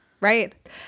right